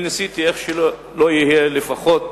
אני ניסיתי, איך שלא יהיה, לפחות,